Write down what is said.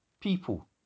people